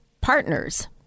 partners